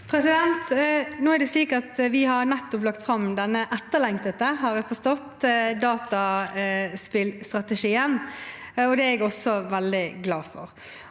Nå har vi nettopp lagt fram denne etterlengtede, har jeg forstått, dataspillstrategien, og det er jeg også veldig glad for.